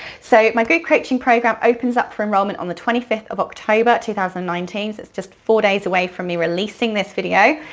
so my group coaching program opens up for enrollment on the twenty fifth of october, two thousand and nineteen, just four days away from me releasing this video.